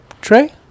tray